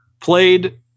played